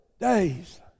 days